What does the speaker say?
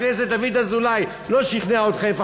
שאם חבר הכנסת דוד אזולאי לא שכנע אתכם,